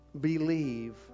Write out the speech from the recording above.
believe